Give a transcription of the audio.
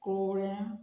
कोळ्या